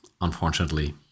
unfortunately